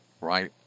right